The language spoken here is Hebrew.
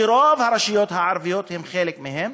שרוב הרשויות הערביות הן חלק מהן,